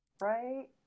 right